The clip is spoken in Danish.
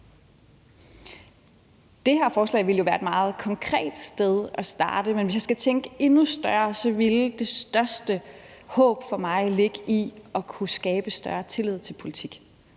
Det her forslag ville jo være et meget konkret sted at starte, men hvis jeg skal tænke endnu større, ville det største håb for mig ligge i at kunne skabe større tillid til politik